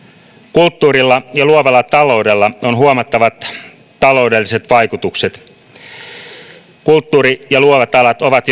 kulttuurilla ja luovalla taloudella on huomattavat taloudelliset vaikutukset kulttuuri ja luovat alat ovat